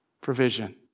provision